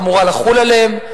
אמור לחול עליהם.